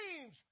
change